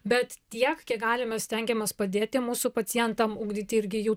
bet tiek kiek galime stengiamės padėti mūsų pacientam ugdyti irgi jų